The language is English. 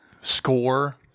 score